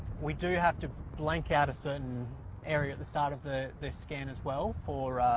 we do have to blank out a certain area at the start of the the scan as well for.